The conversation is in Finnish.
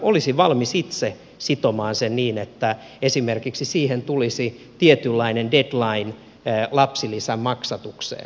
olisin valmis itse sitomaan sen niin että siihen tulisi esimerkiksi tietynlainen deadline lapsilisän maksatukseen